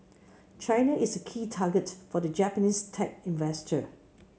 China is a key target for the Japanese tech investor